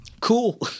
cool